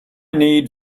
need